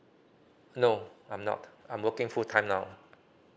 no I'm not I'm working full time now